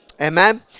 Amen